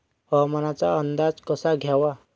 हवामानाचा अंदाज कसा घ्यावा?